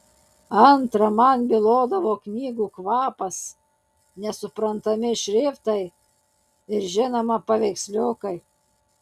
antra man bylodavo knygų kvapas nesuprantami šriftai ir žinoma paveiksliukai